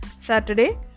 Saturday